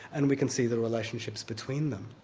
and we can see the relationships between them.